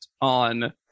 on